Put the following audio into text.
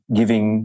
giving